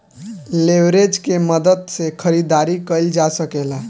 leverage के मदद से खरीदारी कईल जा सकेला